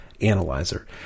analyzer